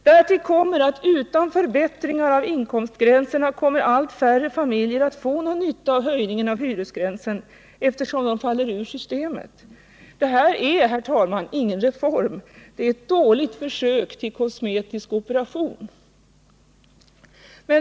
Därtill kommer att utan förbättringar av inkomstgränserna kommer allt färre familjer att få någon nytta av höjningen av hyresgränsen, eftersom de faller ur systemet. Det här är, herr talman, ingen reform. Det är ett dåligt försök till kosmetisk operation.